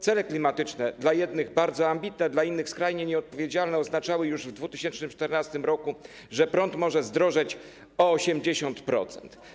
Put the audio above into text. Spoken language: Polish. Cele klimatyczne, dla jednych bardzo ambitne, dla innych skrajnie nieodpowiedzialne, oznaczały już w 2014 r., że prąd może zdrożeć o 80%.